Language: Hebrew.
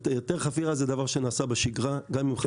היתר חפירה זה דבר שנעשה בשגרה גם עם חשמל,